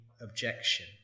objection